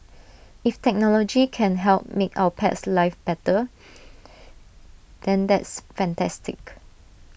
if technology can help make our pets lives better than that is fantastic